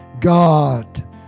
God